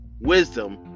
wisdom